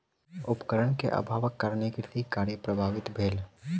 उपकरण के अभावक कारणेँ कृषि कार्य प्रभावित भेल